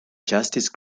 justice